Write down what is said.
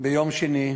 ביום שני,